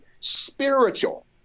spiritual